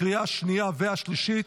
התקבלה בקריאה השנייה והשלישית,